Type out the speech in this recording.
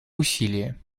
усилия